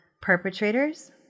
perpetrators